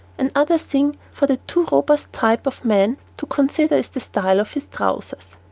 another thing for the too robust type of man to consider is the style of his trousers.